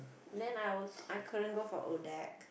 then I will I couldn't go for odac